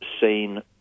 seen